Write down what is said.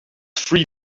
three